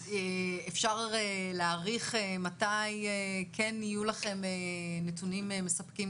אז אפשר להעריך מתי כן יהיו לכם נתונים מספקים